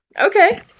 Okay